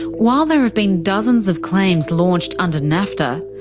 while there have been dozens of claims launched under nafta,